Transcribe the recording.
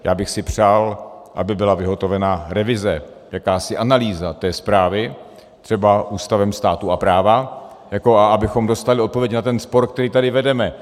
Já bych si přál, aby byla vyhotovena revize, jakási analýza té zprávy, třeba Ústavem státu a práva, a abychom dostali odpověď na ten spor, který tady vedeme.